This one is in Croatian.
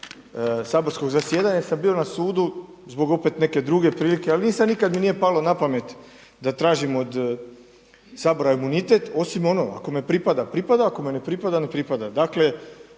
saborskog zasjedanja jer sam bio na sudu zbog opet neke druge prilike ali nisam, nikad mi nije palo na pamet da tražim od Sabora imunitet osim ako me pripada pripada, ako me ne pripada ne pripada.